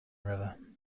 river